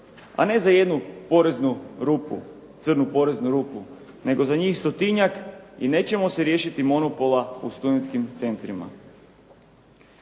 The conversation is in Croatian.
a ne za jednu poreznu rupu, crnu poreznu rupu nego za njih stotinjak i nećemo se riješiti monopola u studentskim centrima.